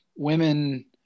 women